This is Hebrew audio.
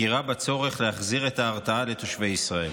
מכירה בצורך להחזיר לתושבי ישראל